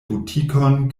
butikon